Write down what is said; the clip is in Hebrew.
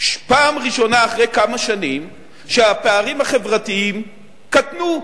פעם ראשונה אחרי כמה שנים שהפערים החברתיים קטנו,